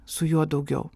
su juo daugiau